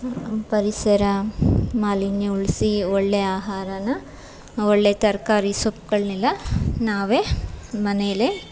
ಪರಿಸರ ಮಾಲಿನ್ಯ ಉಳಿಸಿ ಒಳ್ಳೆಯ ಆಹಾರನ ಒಳ್ಳೆಯ ತರಕಾರಿ ಸೊಪ್ಪುಗಳ್ನೆಲ್ಲ ನಾವೇ ಮನೆಯಲ್ಲೇ